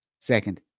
Second